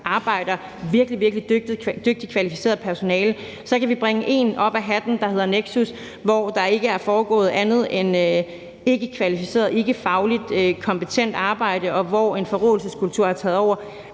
arbejder virkelig, virkelig dygtigt og kvalificeret personale. Så kan vi hive én op ad hatten, der hedder Nexus, hvor der ikke er foregået andet end et ikkekvalificeret og fagligt ikkekompetent arbejde, og hvor en forråelseskultur har taget over;